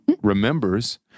remembers